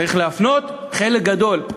צריך להפנות חלק גדול,